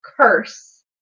curse